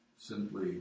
simply